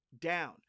down